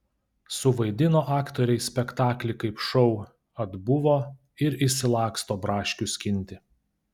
suvaidino aktoriai spektaklį kaip šou atbuvo ir išsilaksto braškių skinti